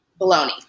baloney